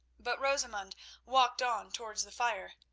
but rosamund walked on towards the fire.